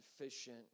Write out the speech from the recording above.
efficient